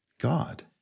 God